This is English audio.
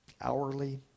hourly